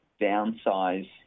downsize